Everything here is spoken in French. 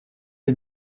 les